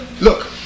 look